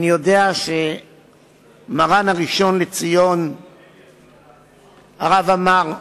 אני יודע שמרן הראשון לציון הרב עמאר,